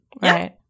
Right